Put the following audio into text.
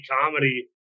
comedy